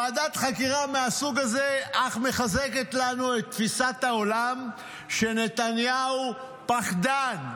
ועדת חקירה מהסוג הזה אך מחזקת לנו את תפיסת העולם שנתניהו פחדן,